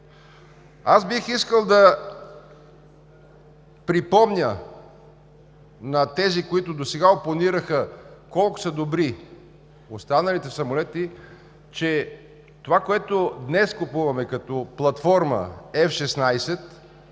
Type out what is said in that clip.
Бих искал да припомня на тези, които досега опонираха, и колко са добри останалите самолети, че това, което днес купуваме като платформа F-16,